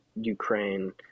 Ukraine